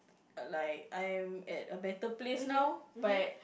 like I am at a better place now